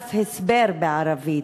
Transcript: דף הסבר בערבית?